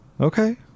Okay